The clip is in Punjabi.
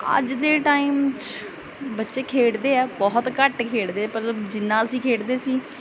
ਅੱਜ ਦੇ ਟਾਈਮ 'ਚ ਬੱਚੇ ਖੇਡਦੇ ਆ ਬਹੁਤ ਘੱਟ ਖੇਡਦੇ ਮਤਲਬ ਜਿੰਨਾ ਅਸੀਂ ਖੇਡਦੇ ਸੀ